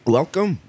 Welcome